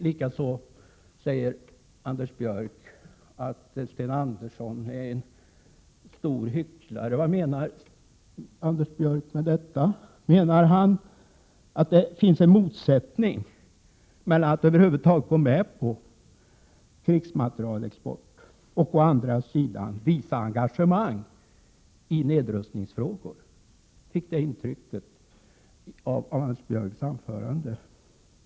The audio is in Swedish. Likaså säger Anders Björck att Sten Andersson är en stor hycklare. Vad menar Anders Björck med det? Menar han att det finns en motsättning mellan att å ena sidan över huvud taget gå med på krigsmaterielexport och å andra sidan visa engagemang i nedrustningsfrågor? Jag fick i alla fall det intrycket av hans anförande.